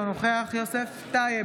אינו נוכח יוסף טייב,